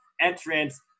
entrance